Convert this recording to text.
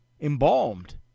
embalmed